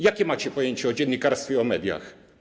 Jakie macie pojęcie o dziennikarstwie, o mediach?